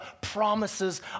promises